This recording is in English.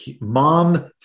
Mom